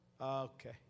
Okay